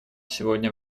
сегодня